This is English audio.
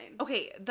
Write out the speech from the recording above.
Okay